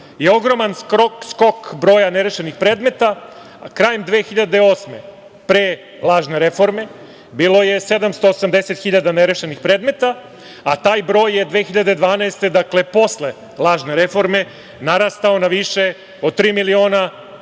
je ogroman skok broja nerešenih predmeta, a krajem 2008. godine, pre lažne reforme, bilo je 780.000 nerešenih predmeta, a taj broj je 2012. godine, dakle, posle lažne reforme, narastao na više od tri miliona